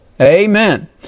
Amen